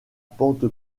pente